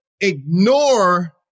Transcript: ignore